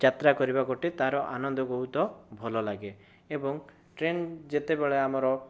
ଯାତ୍ରାକରିବା ଗୋଟେ ତା ର ଆନନ୍ଦ ବହୁତ ଭଲଲାଗେ ଏବଂ ଟ୍ରେନ ଯେତେବେଳେ ଆମର